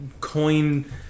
coin